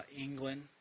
England